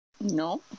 No